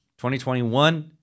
2021